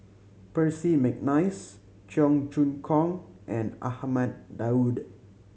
Percy McNeice Cheong Choong Kong and Ahmad Daud